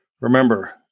Remember